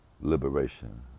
liberation